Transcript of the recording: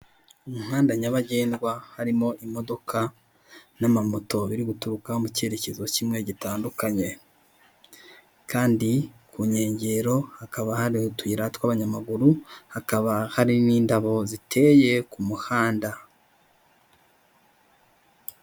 Umuhanda nyabagendwa harimo imodoka n'amamoto biri guturuka mu kerekezo kimwe gitandukanye kandi ku nkengero hakaba hari utuyira tw'abanyamaguru hakaba hari n'indabo ziteye ku muhanda.